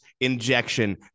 injection